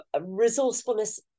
Resourcefulness